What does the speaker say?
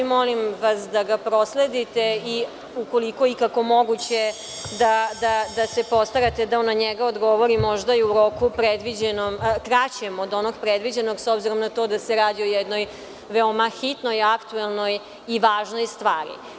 Molim vas da ga prosledite i, ukoliko je ikako moguće, da se postarate da na njega odgovori u roku kraćem od onog predviđenog, s obzirom na to da se radi o jednoj veoma hitnoj, aktuelnoj i važnoj stvari.